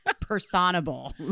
Personable